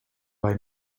buy